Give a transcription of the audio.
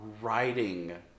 writing